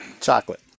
chocolate